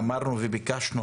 אמרנו וביקשנו